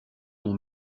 dont